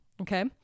Okay